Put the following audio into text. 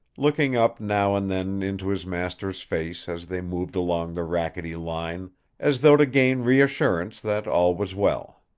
looking up now and then into his master's face as they moved along the rackety line as though to gain reassurance that all was well.